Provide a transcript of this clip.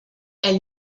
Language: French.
elle